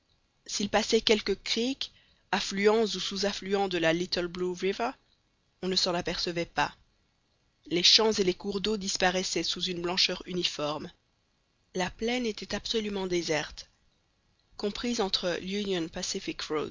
s'il passait quelques creeks affluents ou sous affluents de la little blue river on ne s'en apercevait pas les champs et les cours d'eau disparaissaient sous une blancheur uniforme la plaine était absolument déserte comprise entre